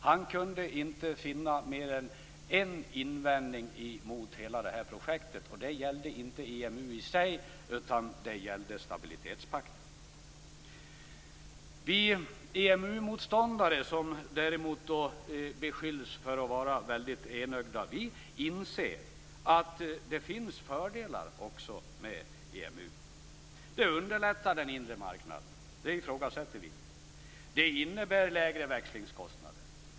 Han kunde inte finna mer än en invändning mot hela EMU-projektet, och det gällde inte EMU i sig utan stabilitetspakten. Vi EMU-motståndare som beskylls för att vara väldigt enögda inser att det också finns fördelar med EMU. Det underlättar den inre marknaden, och det ifrågasätter vi inte. Det innebär lägre växlingskostnader.